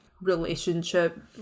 relationship